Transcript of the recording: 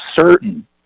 certain